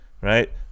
right